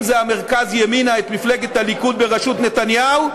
אם המרכז-ימינה, את מפלגת הליכוד בראשות נתניהו,